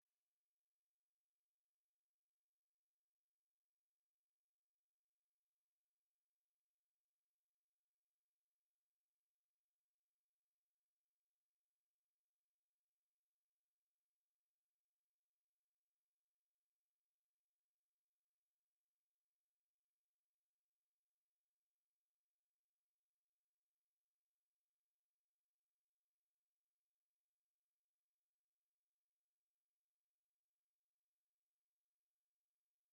Ni itsinda ry'abantu biganjemo abambaye amajire asa icyatsi n'undi wambaye ijya gusa umuhondo. Bari kugenda mu rubaraza rw'icyumba cy'ishuri cyubakishije amatafari ahiye, gifite amadirishya asa ubururu. Mu bigaragara aba ni abashizwe kugenzura ko ibi byumba by'amashuri biri kubakwa byujuje ubuziranenge.